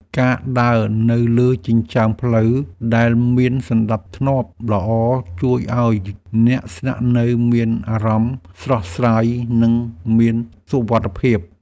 ការដើរនៅលើចិញ្ចើមផ្លូវដែលមានសណ្តាប់ធ្នាប់ល្អជួយឱ្យអ្នកស្នាក់នៅមានអារម្មណ៍ស្រស់ស្រាយនិងមានសុវត្ថិភាព។